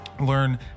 learn